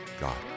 God